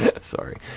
Sorry